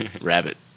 Rabbit